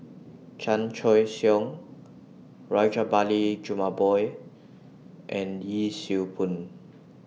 Chan Choy Siong Rajabali Jumabhoy and Yee Siew Pun